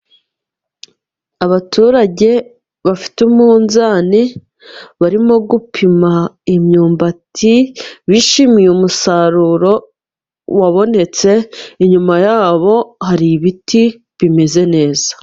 Abaturage bafite umunzani barimo gupima imyumbati, bishimiye umusaruro wabonetse inyuma yabo hari ibiti bimeze neza.